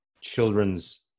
children's